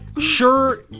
Sure